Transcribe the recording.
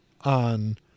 on